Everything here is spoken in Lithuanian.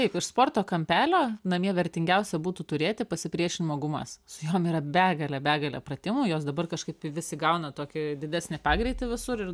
taip iš sporto kampelio namie vertingiausia būtų turėti pasipriešinimo gumas su jom yra begalė begalė pratimų juos dabar kažkaip vis įgauna tokį didesnį pagreitį visur ir